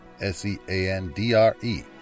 S-E-A-N-D-R-E